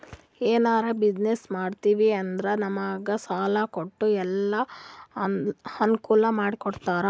ಎನಾರೇ ಬಿಸಿನ್ನೆಸ್ ಮಾಡ್ತಿವಿ ಅಂದುರ್ ನಮುಗ್ ಸಾಲಾ ಕೊಟ್ಟು ಎಲ್ಲಾ ಅನ್ಕೂಲ್ ಮಾಡಿ ಕೊಡ್ತಾರ್